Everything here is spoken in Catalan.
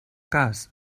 cas